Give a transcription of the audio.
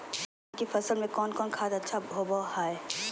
धान की फ़सल में कौन कौन खाद अच्छा होबो हाय?